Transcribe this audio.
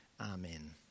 Amen